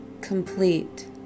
Complete